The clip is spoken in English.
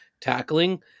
tackling